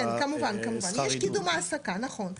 כמובן, יש קידום העסקה, נכון.